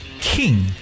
King